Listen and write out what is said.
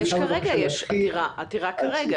יש עתירה כרגע.